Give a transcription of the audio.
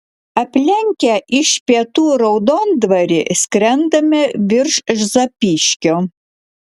aplenkę iš pietų raudondvarį skrendame virš zapyškio